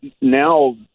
now